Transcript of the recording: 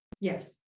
Yes